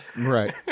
Right